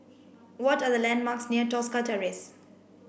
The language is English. what are the landmarks near Tosca Terrace